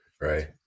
Right